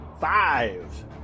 five